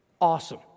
awesome